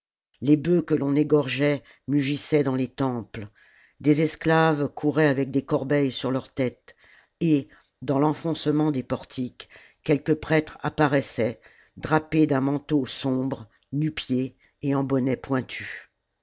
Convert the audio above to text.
les bœufs que l'on égorgeait mugissaient dans les temples des esclaves couraient avec des corbeilles sur leur tête et dans l'enfoncement des portiques quelque prêtre apparaissait drapé d'un manteau sombre nu-pieds et en bonnet pointu